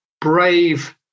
brave